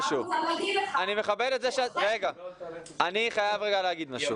אני רק רוצה להגיד לך --- אני חייב להגיד משהו.